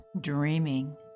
dreaming